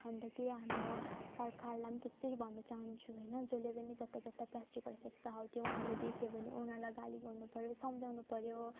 अन्त त्यै हाम्रो सरकारलाई पनि त्यसरी भन्नु चाहन्छु होइन जसले पनि जता जता प्लास्टिकहरू फ्याँक्छ हो त्यो उनीहरूले देख्यो भने उनीहरूलाई गाली गर्नु पर्यो सम्झाउनु पर्यो